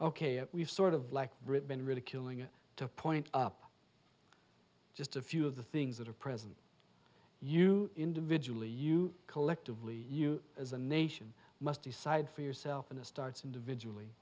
ok we've sort of like ribbon ridiculing it to point up just a few of the things that are present you individually you collectively you as a nation must decide for yourself in a starts individually